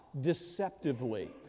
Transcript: Deceptively